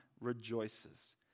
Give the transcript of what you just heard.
rejoices